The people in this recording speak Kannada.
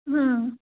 ಹಾಂ